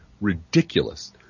ridiculous